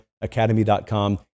Academy.com